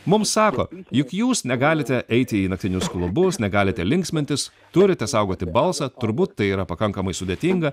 mums sako juk jūs negalite eiti į naktinius klubus negalite linksmintis turite saugoti balsą turbūt tai yra pakankamai sudėtinga